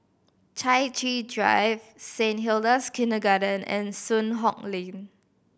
Chai Chee Drive Saint Hilda's Kindergarten and Soon Hock Lane